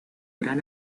gran